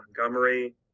Montgomery